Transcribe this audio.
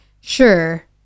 sure